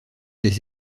des